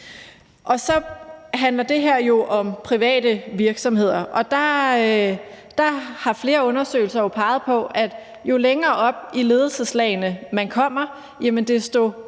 det her jo om private virksomheder. Der har flere undersøgelser jo peget på, at jo længere op i ledelseslagene man kommer, desto